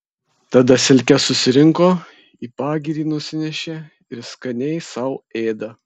tada silkes susirinko į pagirį nusinešė ir skaniai sau ėda